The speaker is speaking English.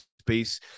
space